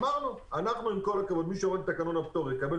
אמרנו שמי שעומד בתקנון הפטור יקבל,